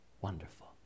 wonderful